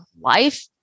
life